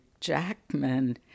Jackman